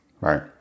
right